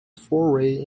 foray